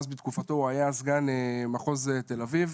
אז בתקופתו הוא היה סגן מחוז תל אביב.